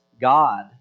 God